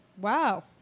Wow